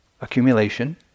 accumulation